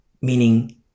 meaning